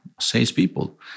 salespeople